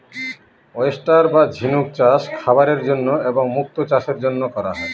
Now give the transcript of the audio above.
oyster বা ঝিনুক চাষ খাবারের জন্য এবং মুক্তো চাষের জন্য করা হয়